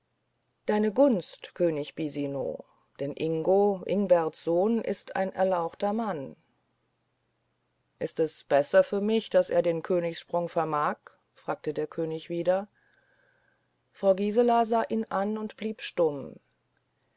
deine gunst könig bisino denn ingo ingberts sohn ist ein erlauchter mann ist es besser für mich daß er den königssprung vermag fragte der könig wieder frau gisela sah ihn an und blieb stumm